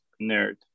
nerd